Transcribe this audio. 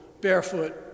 barefoot